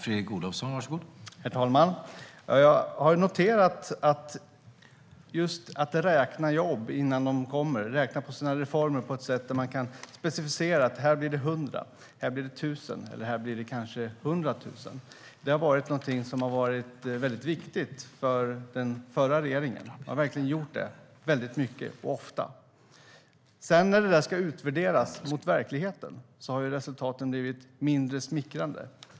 Herr talman! Att räkna jobben innan de kommer, räkna på sina reformer och specificera att det ska bli 100, 1 000 eller kanske 100 000 nya jobb, är något som var väldigt viktigt för den förra regeringen. Man gjorde verkligen det mycket och ofta. När sedan det där utvärderats mot verkligheten har resultaten blivit mindre smickrande.